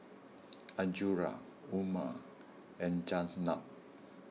Azura Umar and Zaynab